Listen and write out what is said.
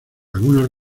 algunas